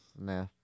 Nah